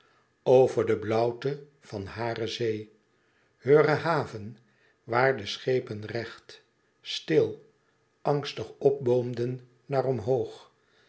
over de blauwte van hare zee heure haven waar de schepen recht stil angstig opboomden naar omhoog